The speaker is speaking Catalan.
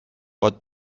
pot